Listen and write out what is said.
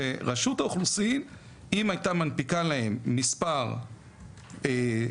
שרשות האוכלוסין אם הייתה מנפיקה להם מספר זהות,